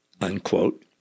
unquote